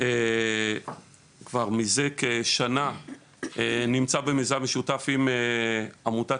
כבר מזה כשנה נמצא במיזם משותף עם עמותת